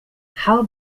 how